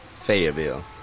Fayetteville